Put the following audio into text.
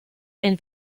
ein